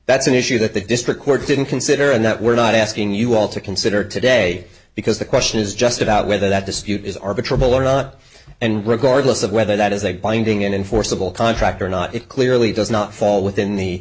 that's an issue that the district court didn't consider and that we're not asking you all to consider today because the question is just about whether that dispute is are the trouble or not and regardless of whether that is a binding enforceable contract or not it clearly does not fall within the